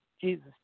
Jesus